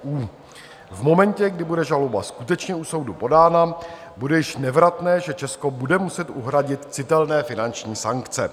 V momentě, kdy bude žaloba skutečně u soudu podána, bude již nevratné, že Česko bude muset uhradit citelné finanční sankce.